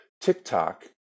TikTok